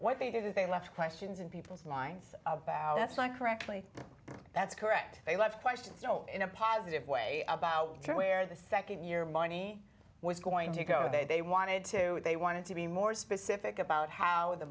what they did is they left questions in people's minds about that's why correctly that's correct they left questions in a positive way about where the second year money was going to go they they wanted to they wanted to be more specific about how the